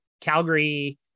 calgary